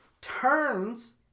turns